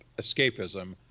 escapism